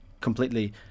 completely